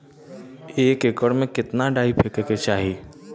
एक एकड़ में कितना डाई फेके के चाही?